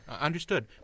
understood